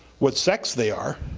what sex they are,